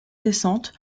descente